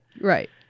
Right